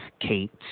Kate